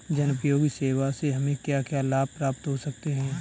जनोपयोगी सेवा से हमें क्या क्या लाभ प्राप्त हो सकते हैं?